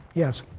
yes.